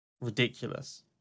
ridiculous